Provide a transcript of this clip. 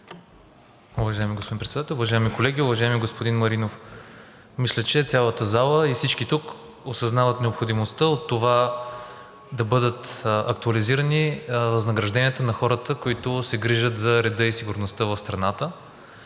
Уважаеми господин Председател, уважаеми колеги, уважаеми господин Маринов, мисля, че цялата зала и всички тук осъзнават необходимостта от това да бъдат актуализирани възнагражденията на хората, които се грижат за реда и сигурността в страната,